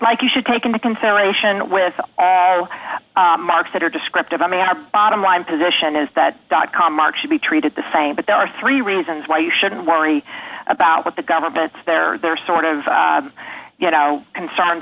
like you should take into consideration with marks that are descriptive i mean our bottom line position is that dot com mark should be treated the same but there are three reasons why you should worry about what the governments there their sort of you know concerns